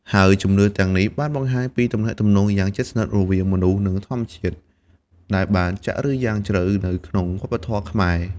ហើយជំនឿទាំងនេះបានបង្ហាញពីទំនាក់ទំនងយ៉ាងជិតស្និទ្ធរវាងមនុស្ស និងធម្មជាតិ ដែលបានចាក់ឫសយ៉ាងជ្រៅនៅក្នុងវប្បធម៌ខ្មែរ។